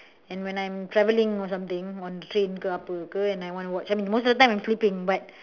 and when I am travelling or something on the train ke apa ke and I wanna watch something most of the time I'm sleeping but